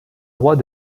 droit